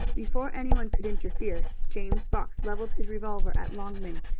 before anyone could interfere james fox leveled his revolver at longman,